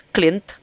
Clint